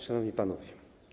Szanowni Panowie!